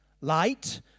light